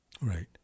Right